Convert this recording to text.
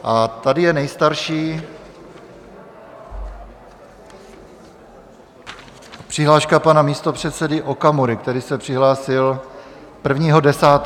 A tady je nejstarší přihláška pana místopředsedy Okamury, který se přihlásil 1. 10.